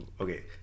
Okay